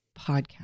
podcast